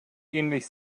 ähnlich